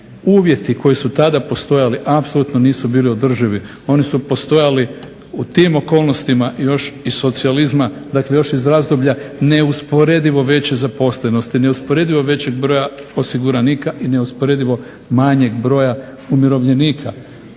uvjeti koji su tada postojali apsolutno nisu bili održivi, oni su postojali u tim okolnostima još iz socijalizma, dakle još iz razdoblja neusporedivo veće zaposlenosti, neusporedivo većeg broja osiguranika i neusporedivo manjeg broja umirovljenika.